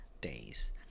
days